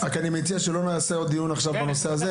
רק אני מציע שלא נעשה עוד דיון עכשיו בנושא הזה.